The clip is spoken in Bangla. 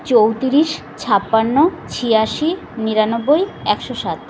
চৌত্রিশ ছাপান্ন ছিয়াশি নিরানব্বই একশো সাত